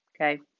Okay